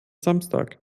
samstag